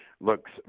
looks